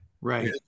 right